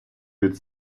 від